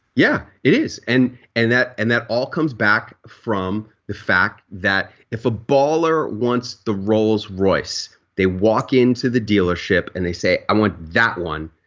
yeah, it is. and and that and that all comes back from the fact that if a baller wants the rolls royce, they walk into the dealership and they say i want that one,